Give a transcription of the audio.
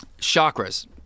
Chakras